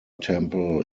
temple